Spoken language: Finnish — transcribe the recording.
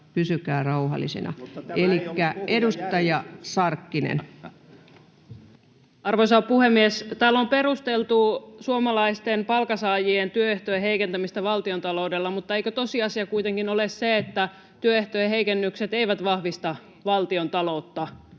hallinnonala Time: 12:33 Content: Arvoisa puhemies! Täällä on perusteltu suomalaisten palkansaajien työehtojen heikentämistä valtiontaloudella. Mutta eikö tosiasia kuitenkin ole se, että työehtojen heikennykset eivät vahvista valtiontaloutta?